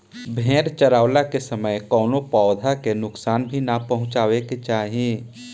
भेड़ चरावला के समय कवनो पौधा के नुकसान भी ना पहुँचावे के चाही